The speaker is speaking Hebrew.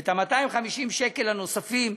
ואת 250 השקלים הנוספים,